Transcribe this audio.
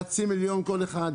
חצי מיליון כל אחד,